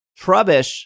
Trubbish